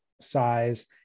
size